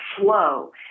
Flow